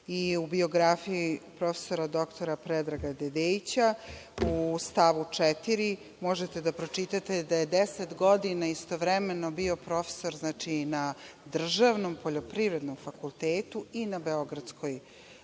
U biografiji profesora doktora Predraga Dedeića u stavu 4. možete da pročitate da je 10 godina istovremeno bio profesor na državnom Poljoprivrednom fakultetu i na Beogradskoj